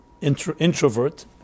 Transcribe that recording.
introvert